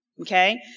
okay